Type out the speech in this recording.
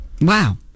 Wow